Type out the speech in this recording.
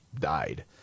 died